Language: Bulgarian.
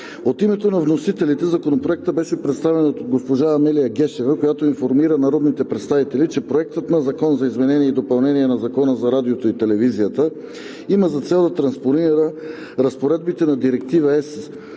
От името на вносителите Законопроектът беше представен от госпожа Амелия Гешева, която информира народните представители, че Проектът на закон за изменение и допълнение на Закона за радиото и телевизията има за цел да транспонира разпоредбите на Директива (ЕС)